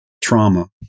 trauma